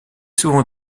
souvent